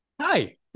Hi